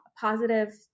positive